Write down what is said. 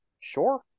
Sure